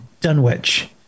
dunwich